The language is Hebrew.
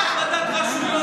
ספר על הפרדת רשויות.